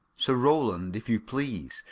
sir rowland, if you please.